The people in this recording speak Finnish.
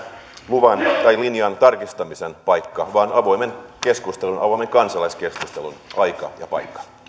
luvan tai linjan tarkistamisen paikka vaan avoimen keskustelun avoimen kansalaiskeskustelun aika ja paikka